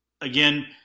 Again